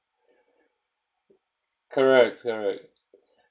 correct correct